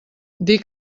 dir